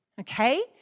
okay